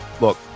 look